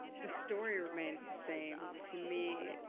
the story remains the same. to me,